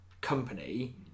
company